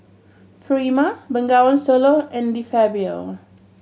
Prima Bengawan Solo and De Fabio